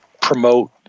promote